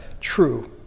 true